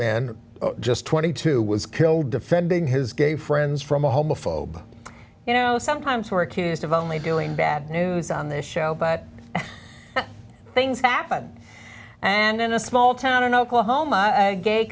man just twenty two was killed defending his gay friends from a homophobic you know sometimes were accused of only doing bad news on this show but things happen and then a small town in oklahoma